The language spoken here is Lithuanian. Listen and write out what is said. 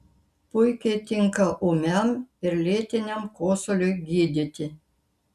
puikiai tinka ūmiam ir lėtiniam kosuliui gydyti